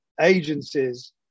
agencies